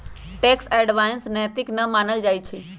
tax avoidance नैतिक न मानल जाइ छइ